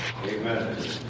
Amen